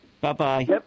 Bye-bye